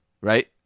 Right